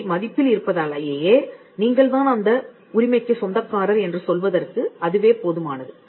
இவை பதிப்பில் இருப்பதாலேயே நீங்கள்தான் அந்த உரிமைக்கு சொந்தக்காரர் என்று சொல்வதற்கு அதுவே போதுமானது